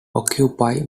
occupy